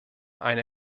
eine